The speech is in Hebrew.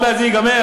עוד מעט זה ייגמר,